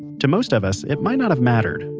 to most of us it might not have mattered.